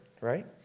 right